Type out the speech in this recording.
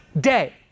day